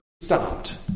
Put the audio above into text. stopped